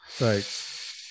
Right